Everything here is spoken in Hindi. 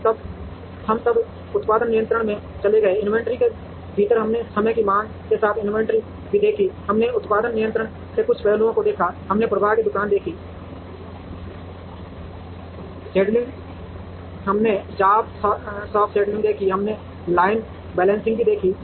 हम तब उत्पादन नियंत्रण में चले गए इन्वेंट्री के भीतर हमने समय की मांग के साथ इन्वेंट्री भी देखी हमने उत्पादन नियंत्रण के कुछ पहलुओं को देखा हमने प्रवाह की दुकान देखी शेड्यूलिंग हमने जॉब शॉप शेड्यूलिंग देखी हमने लाइन बैलेंसिंग भी देखी